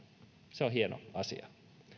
se on hieno asia